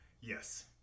Yes